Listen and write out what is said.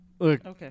Okay